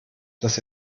das